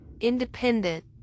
independent